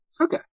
Okay